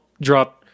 drop –